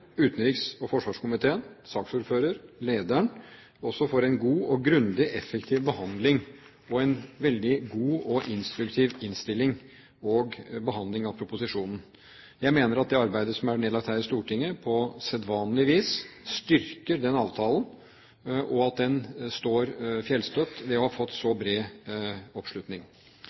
utenriks- og forsvarskomiteen, saksordføreren og lederen for en god, grundig og effektiv behandling, og en veldig god og instruktiv innstilling og behandling av proposisjonen. Jeg mener at det arbeidet som er nedlagt her i Stortinget, på sedvanlig vis, styrker den avtalen, og at den står fjellstøtt ved å ha fått så bred oppslutning.